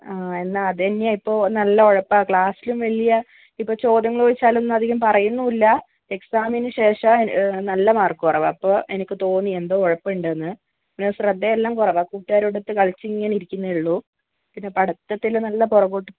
എന്നാൽ അതന്നെ ഇപ്പോൾ നല്ല ഉഴപ്പാണ് ക്ലാസിലും വലിയ ഇപ്പോൾ ചോദ്യങ്ങൾ ചോദിച്ചാലൊന്നും അധികം പറയുന്നില്ല എക്സാമിന് ശേഷം നല്ല മാർക്ക് കുറവാ അപ്പോൾ എനിക്ക് തോന്നി എന്തോ ഉഴപ്പുണ്ടെന്ന് പിന്നെ ശ്രദ്ധയെല്ലാം കുറവാ കൂട്ടകാരൊത്തു കളിച്ച് ഇങ്ങനെ ഇരിക്കുന്നോള്ളൂ പിന്നെ പഠിത്തത്തിൽ നല്ല പുറകോട്ട്